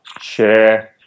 share